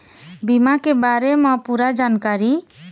बीमा के बारे म पूरा जानकारी?